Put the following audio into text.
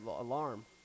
alarm